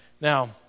Now